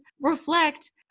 reflect